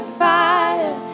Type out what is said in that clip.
fire